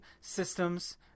systems